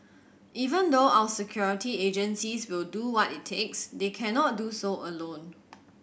even though our security agencies will do what it takes they cannot do so alone